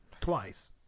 Twice